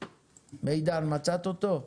מידן, מצאת אותו?